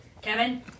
Kevin